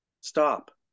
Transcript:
stop